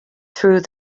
through